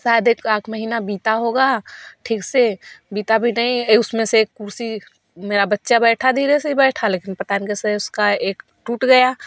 शायद एक महीना बीता ही होगा ठीक से बीता भी नहीं उसमें से एक कुर्सी मेरा बच्चा बैठा धीरे से बैठा लेकिन पता नहीं कैसे उसका एक टूट गया